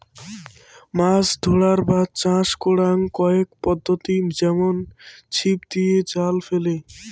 মাছ ধরার বা চাষ করাং কয়েক পদ্ধতি যেমন ছিপ দিয়ে, জাল ফেলে